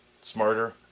smarter